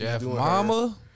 mama